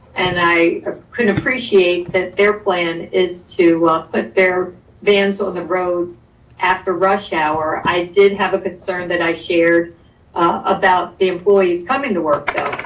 and i couldn't appreciate that their plan is to put but their vans on the road after rush hour. i did have a concern that i shared about the employees coming to work